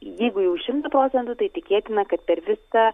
jeigu jau šimtu procentu tai tikėtina kad per visą